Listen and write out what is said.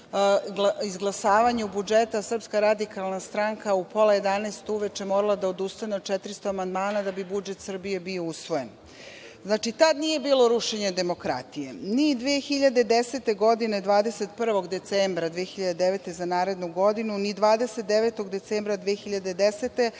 izglasavanju budžeta SRS, u pola 11 uveče morala da odustane na 400 amandmana, da bi budžet Srbije bio usvojen. Znači, tada nije bilo rušenje demokratije. Ni 2010. godine 21. decembra 2009. za narednu godinu, ni 29. decembra 2010,